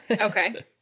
okay